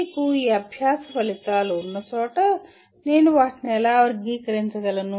మీకు ఈ అభ్యాస ఫలితాలు ఉన్నచోట నేను వాటిని ఎలా వర్గీకరించగలను